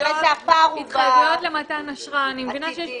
התחייבויות למתן אשראי.